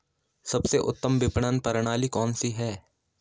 सबसे उत्तम विपणन प्रणाली कौन सी है?